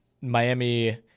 Miami